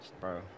Bro